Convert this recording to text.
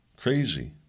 Crazy